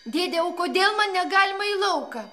dėde o kodėl man negalima į lauką